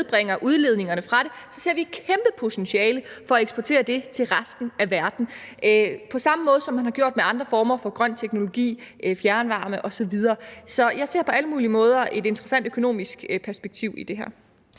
nedbringer udledningerne fra det, så ser de et kæmpe potentiale for at eksportere det til resten af verden på samme måde, som man har gjort med andre former for grøn teknologi, fjernvarme osv. Så jeg ser på alle mulige måder et interessant økonomisk perspektiv i det her.